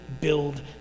build